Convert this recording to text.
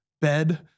bed